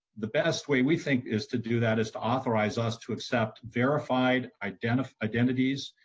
the best way we think is to do that is to authorize us to accept verified identify identities.